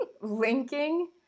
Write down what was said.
linking